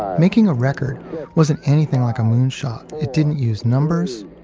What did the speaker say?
making a record wasn't anything like a moon shot. it didn't use numbers.